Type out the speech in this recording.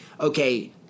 okay